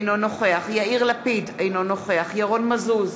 אינו נוכח יאיר לפיד, אינו נוכח ירון מזוז,